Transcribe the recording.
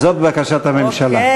זאת בקשת הממשלה.